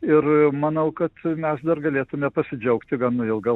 ir manau kad mes dar galėtumėme pasidžiaugti gana ilgam